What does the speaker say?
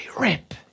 rip